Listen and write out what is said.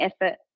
effort